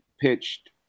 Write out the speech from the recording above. pitched